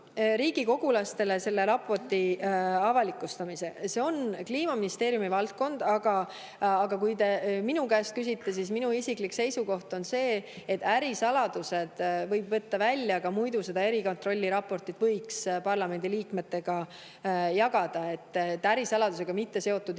riigikogulastele selle raporti avalikustamise kohta. See on Kliimaministeeriumi valdkond. Aga kuna te minu käest küsite, siis minu isiklik seisukoht on see, et ärisaladused võiks jätta välja ja siis võiks seda erikontrolli raportit parlamendiliikmetega jagada. Ärisaladusega mitteseotud